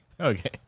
Okay